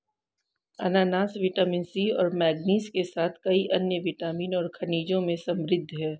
अनन्नास vitamin C और manganese के साथ कई अन्य विटामिन और खनिजों में समृद्ध हैं